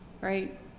right